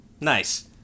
nice